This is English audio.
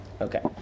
Okay